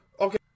Okay